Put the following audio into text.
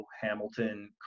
Hamilton